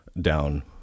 down